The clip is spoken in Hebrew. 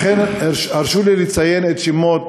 לכן הרשו לי לציין את שמות